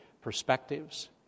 perspectives